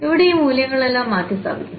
ഇവിടെ ഈ മൂല്യങ്ങളെല്ലാം മാറ്റിസ്ഥാപിക്കുന്നു